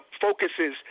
focuses